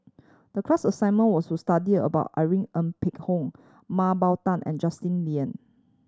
the class assignment was to study about Irene Ng Phek Hoong Mah Bow Tan and Justin Lean